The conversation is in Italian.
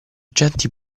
agenti